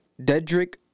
Dedrick